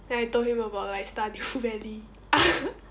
then I told him about like stardew valley